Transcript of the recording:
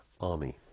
army